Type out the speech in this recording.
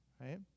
Right